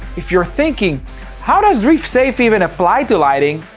if you're thinking how does reef-safe even apply to lighting!